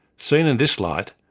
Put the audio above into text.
seen in this light,